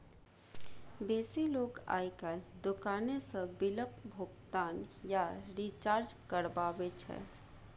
बेसी लोक आइ काल्हि दोकाने सँ बिलक भोगतान या रिचार्ज करबाबै छै